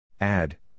Add